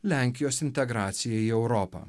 lenkijos integracijai į europą